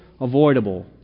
avoidable